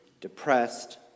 depressed